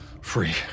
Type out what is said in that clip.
free